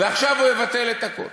ועכשיו הוא יבטל את הכול.